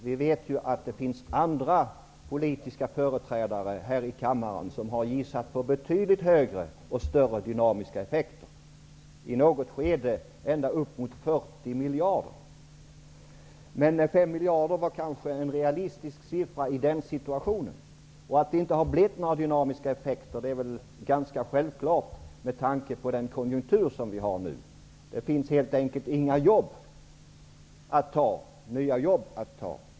Vi vet att det finns företrädare för andra politiska partier här i kammaren som har gissat på betydligt större dynamiska effekter, i något skede upp mot 40 Men 5 miljarder var kanske en realistisk siffra i den situationen, och att det inte har blivit några dynamiska effekter är väl ganska självklart med tanke på den konjunktur som vi har nu. Det finns helt enkelt inga nya jobb att ta.